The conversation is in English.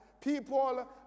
people